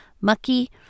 mucky